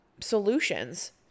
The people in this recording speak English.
solutions